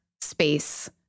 space